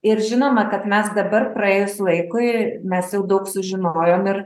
ir žinoma kad mes dabar praėjus laikui mes jau daug sužinojom ir